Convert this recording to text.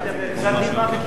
גזר-דין מוות למי?